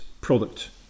product